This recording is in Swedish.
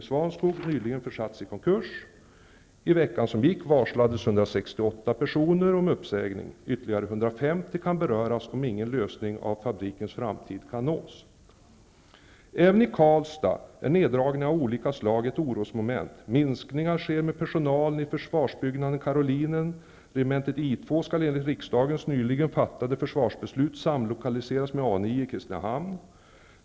Även i Karlstad är neddragningarna av olika slag ett orosmoment. Minskningar sker av personalen i försvarsbyggnaden Karolinen, regementet I 2 skall enligt riksdagens nyligen fattade försvarsbeslut samlokaliseras med A 9 i Kristinehamn.